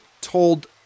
told